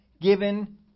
given